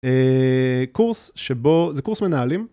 קורס שבו זה קורס מנהלים.